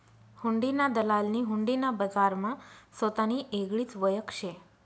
हुंडीना दलालनी हुंडी ना बजारमा सोतानी येगळीच वयख शे